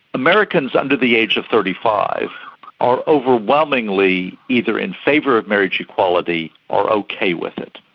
americans under the age of thirty five are overwhelmingly either in favour of marriage equality or okay with it.